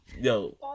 Yo